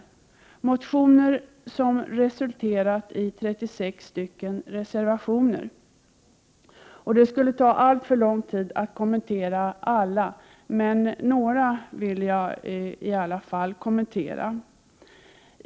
Dessa motioner har resulterat i 36 reservationer, och det skulle ta alltför lång tid att kommentera alla, men jag vill ändå ta upp några.